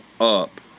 up